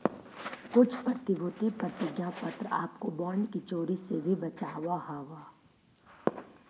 कुछ प्रतिभूति प्रतिज्ञा पत्र आपको बॉन्ड की चोरी से भी बचावअ हवअ